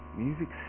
music